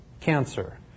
cancer